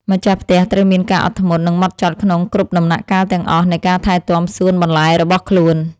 ម្ចាស់ផ្ទះត្រូវមានការអត់ធ្មត់ និងហ្មត់ចត់ក្នុងគ្រប់ដំណាក់កាលទាំងអស់នៃការថែទាំសួនបន្លែរបស់ខ្លួន។